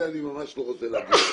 אני ממש לא רוצה להגיע לזה.